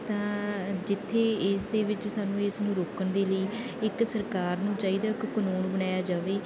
ਤਾਂ ਜਿੱਥੇ ਇਸ ਦੇ ਵਿੱਚ ਸਾਨੂੰ ਇਸ ਨੂੰ ਰੋਕਣ ਦੇ ਲਈ ਇੱਕ ਸਰਕਾਰ ਨੂੰ ਚਾਹੀਦਾ ਇੱਕ ਕਾਨੂੰਨ ਬਣਾਇਆ ਜਾਵੇ